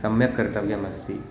सम्यक् कर्तव्यम् अस्ति